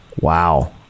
Wow